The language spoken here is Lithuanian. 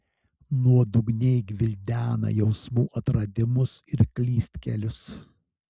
nuodugniai gvildena jausmų atradimus ir klystkelius